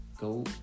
Go